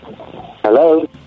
Hello